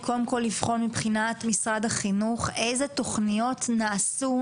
היא קודם כל לבחון מבחינת משרד החינוך איזה תוכניות נעשו,